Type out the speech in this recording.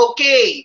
Okay